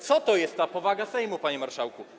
Co to jest ta powaga Sejmu, panie marszałku?